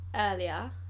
earlier